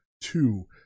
Two